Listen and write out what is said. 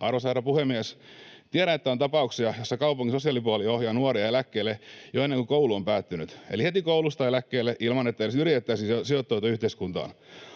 Arvoisa herra puhemies! Tiedän, että on tapauksia, joissa kaupungin sosiaalipuoli ohjaa nuoria eläkkeelle jo ennen kuin koulu on päättynyt — eli heti koulusta eläkkeelle ilman, että edes yritettäisiin sijoittautua yhteiskuntaan.